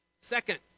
Second